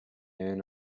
end